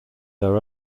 their